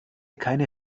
keine